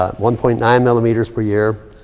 ah one point nine millimeters per year.